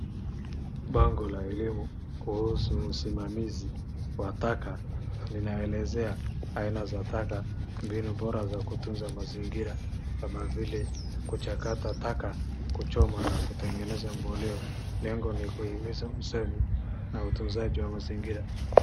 Bango la elimu kuhusu usimamizi wa taka linaelezea aina za taka, mbinu bora za kutunza mazingira kama vile kuchakata taka, kuchoma na kutengeneza mboleo. Lengo ni kuhimiza usafi na utunzaji wa mazingira.